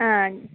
ആ